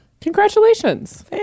Congratulations